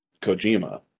kojima